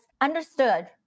understood